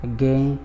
Again